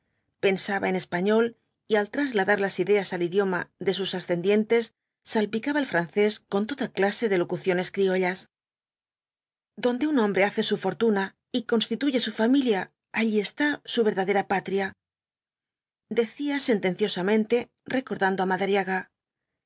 pensaba en español y al trasladarlas ideas al idioma de sus ascendientes salpicaba el francés con toda clase de locuciones criollas donde un hombre hace su fortuna y constituye su familia allí está su verdadera patria decía sentenciosamente recordando á madariaga